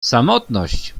samotność